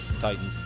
Titans